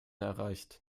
erreicht